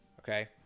okay